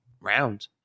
round